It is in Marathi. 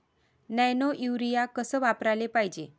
नैनो यूरिया कस वापराले पायजे?